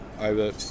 over